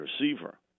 receiver